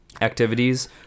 activities